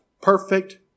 perfect